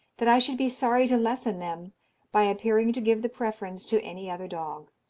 that i should be sorry to lessen them by appearing to give the preference to any other dog.